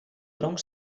tronc